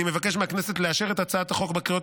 אני מבקש מהכנסת לאשר את הצעת החוק בקריאות